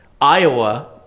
Iowa